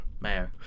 Mayo